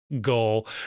goal